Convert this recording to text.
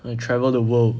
I travel the world